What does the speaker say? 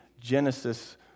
Genesis